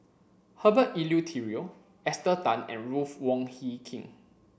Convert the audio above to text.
Herbert Eleuterio Esther Tan and Ruth Wong Hie King